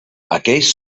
aquells